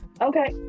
okay